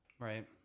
Right